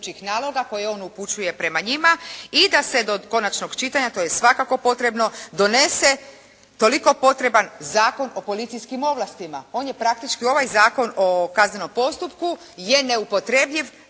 koje on upućuje prema njima i da se do konačnog čitanja to je svakako potrebno, donese toliko potreban Zakon o policijskim ovlastima. On je praktički ovaj Zakon o kaznenom postupku je neupotrebljiv